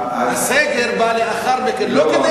הסגר בא לאחר מכן כדי